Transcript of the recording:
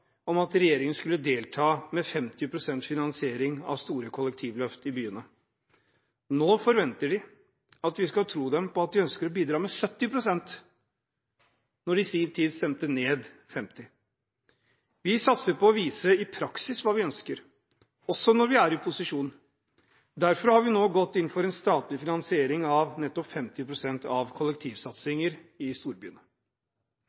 om at regjeringen skulle delta med 50 pst. finansiering av store kollektivløft i byene. Nå forventer de at vi skal tro dem på at de ønsker å bidra med 70 pst., når de i sin tid stemte ned 50 pst. Vi satser på å vise i praksis hva vi ønsker, også når vi er i posisjon. Derfor har vi nå gått inn for en statlig finansiering av nettopp